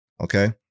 okay